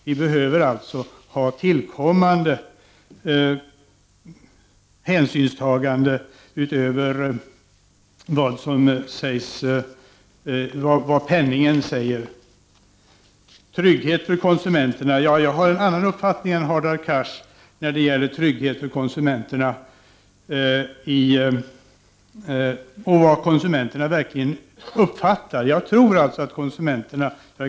Vi vill alltså ha tillkommande hänsynstaganden utöver vad penningen säger. När det gäller trygghet för konsumenterna och vad konsumenterna verkligen behöver har jag en annan uppfattning än Hadar Cars.